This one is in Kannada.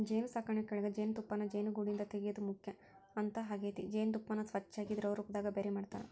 ಜೇನುಸಾಕಣಿಯೊಳಗ ಜೇನುತುಪ್ಪಾನ ಜೇನುಗೂಡಿಂದ ತಗಿಯೋದು ಮುಖ್ಯ ಹಂತ ಆಗೇತಿ ಜೇನತುಪ್ಪಾನ ಸ್ವಚ್ಯಾಗಿ ದ್ರವರೂಪದಾಗ ಬ್ಯಾರೆ ಮಾಡ್ತಾರ